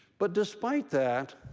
but despite that,